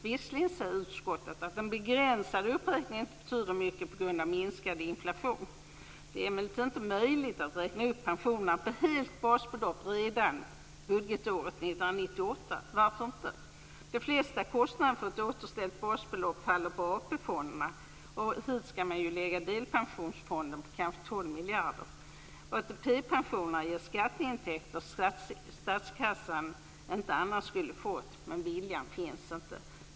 Visserligen säger utskottet att den begränsade uppräkningen inte betyder så mycket på grund av en minskande inflation. Det är emellertid inte möjligt att räkna upp pensionerna på ett helt basbelopp redan budgetåret 1998. Varför inte? De flesta kostnaderna för ett återställt basbelopp faller på AP-fonderna. Dit skall ju delpensionsfonden på kanske 12 miljarder kronor läggas. ATP-pensioner ger skatteintäkter som statskassan inte annars skulle ha fått, men viljan finns inte.